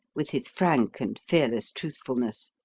with his frank and fearless truthfulness,